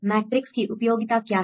matrix की उपयोगिता क्या है